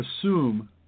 assume